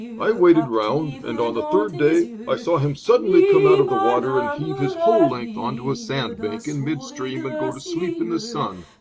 i waited around, and on the third day i saw him suddenly come out of the water and heave his whole length on to a sandbank in mid-stream and go to sleep in the sun.